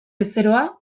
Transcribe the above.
bezeroa